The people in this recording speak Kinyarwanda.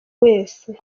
wese